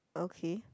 okay